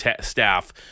staff